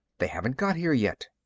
they haven't got here yet.